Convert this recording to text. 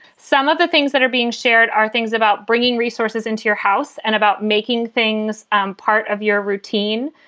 some of the things that are being shared are things about bringing resources into your house and about making things part of your routine.